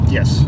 Yes